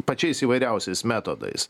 pačiais įvairiausiais metodais